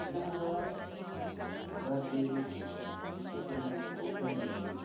हिन खां सवाइ गुजरात जे केतिरनि ई ॻोठनि में बि